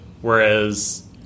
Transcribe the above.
whereas